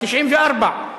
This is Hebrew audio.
94,